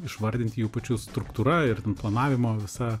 išvardint jų pačių struktūra ir planavimo visa